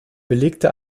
belegte